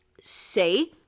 say